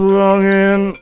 longing